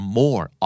more